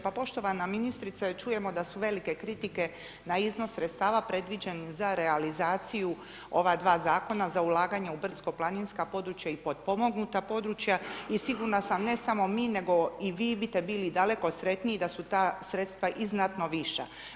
Pa poštovana ministrice, čujemo da su velike kritike na iznos sredstava predviđenih za realizaciju ova dva Zakona za ulaganja u brdsko planinska područja i potpomognuta područja i sigurna sam, ne samo mi, nego i vi bite bili daleko sretniji da su ta sredstava i znatno viša.